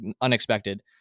unexpected